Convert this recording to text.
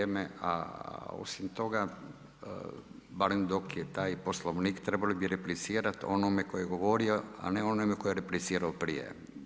Vrijeme a osim toga barem dok je taj Poslovnik trebali bi replicirati onome tko je govorio, a ne onome tko je replicirao prije.